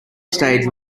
stage